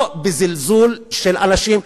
לא בזלזול של אנשים,